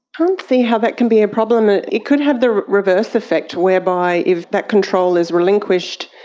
can't see how that can be a problem. it it could have the reverse effect whereby if that control is relinquished,